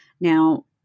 Now